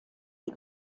die